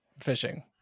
fishing